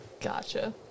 Gotcha